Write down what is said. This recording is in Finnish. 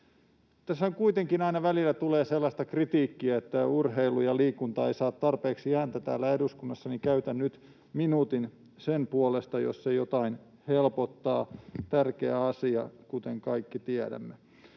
Tässä kuitenkin aina välillä tulee sellaista kritiikkiä, että urheilu ja liikunta eivät saa tarpeeksi ääntä täällä eduskunnassa, joten käytän nyt minuutin sen puolesta, jos se jotain helpottaa. Tärkeä asia, kuten kaikki tiedämme.